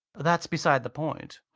that's beside the point.